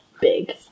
big